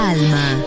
Alma